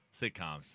Sitcoms